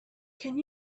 can